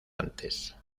antes